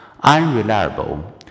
unreliable